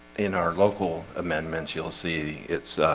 in our local amendments you'll see it's